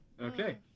Okay